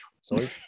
sorry